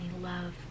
love